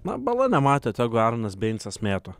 na bala nematė tegu aronas beincas mėto